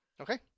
Okay